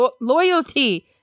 loyalty